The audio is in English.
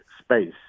space